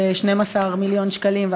של 12 מיליון שקלים,